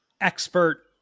expert